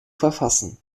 verfassen